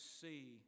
see